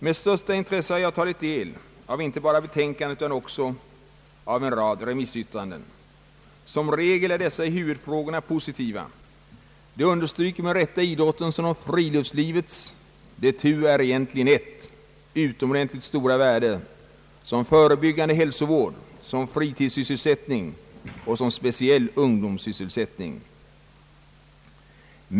Med största intresse har jag tagit del av inte bara be tänkandet utan också av en rad remissyttranden, Som regel är dessa i huvudfrågorna positiva. De understryker med rätta idrottens och friluftslivets — de tu är egentligen ett — utomordentligt stora värde som förebyggande hälsovård, som fritidssysselsättning och som speciell ungdomssysselsättning.